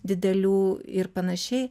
didelių ir panašiai